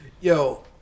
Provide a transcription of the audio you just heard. Yo